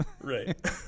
Right